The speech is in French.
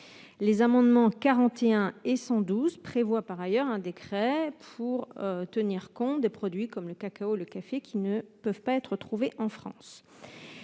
Les amendements n 41 et 122 rectifié prévoient par ailleurs un décret pour tenir compte de produits comme le cacao ou le café, qui ne peuvent pas être trouvés en France.